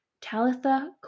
Talitha